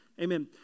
Amen